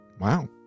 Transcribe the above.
Wow